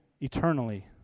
eternally